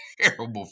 terrible